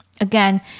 again